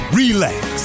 relax